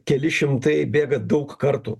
keli šimtai bėga daug kartų